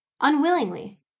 unwillingly